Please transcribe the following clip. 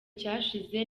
cyashize